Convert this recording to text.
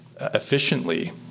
efficiently